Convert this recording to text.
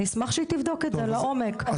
נשמח שהיא תבדוק את זה לעומק.